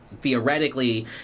theoretically